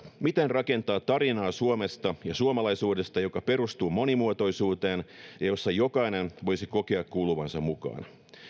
miten rakentaa tarinaa suomesta ja suomalaisuudesta joka perustuu monimuotoisuuteen ja jossa jokainen voisi kokea kuuluvansa mukaan